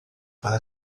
para